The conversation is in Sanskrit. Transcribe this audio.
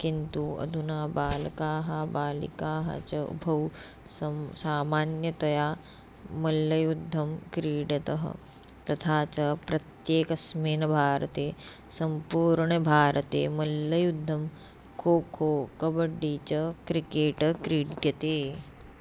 किन्तु अधुना बालकाः बालिकाः च उभौ सं सामान्यतया मल्लयुद्धं क्रीडतः तथा च प्रत्येकस्मिन् भारते सम्पूर्णे भारते मल्लयुद्धं खोखो कब्बड्डी च क्रिकेट् क्रीड्यते